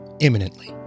imminently